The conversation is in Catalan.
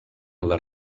les